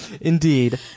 Indeed